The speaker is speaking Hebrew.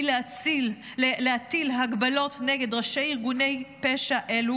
להטיל הגבלות על ראשי ארגוני פשע אלה